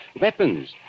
weapons